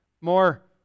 more